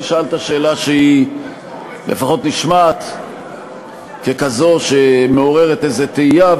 כי שאלת שאלה שלפחות נשמעת ככזו שמעוררת איזו תהייה,